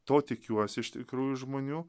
to tikiuosi iš tikrųjų žmonių